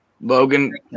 Logan